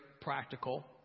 practical